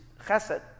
Chesed